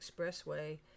Expressway